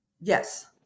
Yes